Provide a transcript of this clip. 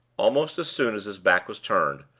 almost as soon as his back was turned,